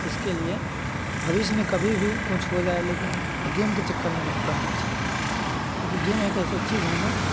इसके लिए भविष्य में कभी भी कुछ हो जाए लेकिन गेम के चक्कर में नहीं पड़ना चाहिए क्योंकि गेम एक ऐसा चीज है ना